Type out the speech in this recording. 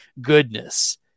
goodness